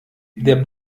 der